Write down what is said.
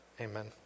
Amen